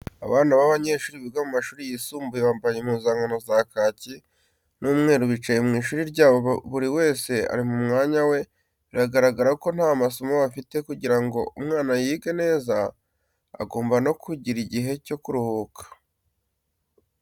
Abana b'abanyeshuri biga mu mashuri yisumbuye bambaye impuzankano za kaki n'umweru bicaye mu ishuri ryabo buri wese ari mu mwanya we biragaragara ko nta masomo bafite, kugira ngo umwana yige neza agomba no kugira igihe cyo kuruhuka.